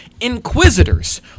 Inquisitors